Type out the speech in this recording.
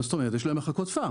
מה זאת אומרת, יש להם מחלקות פארם.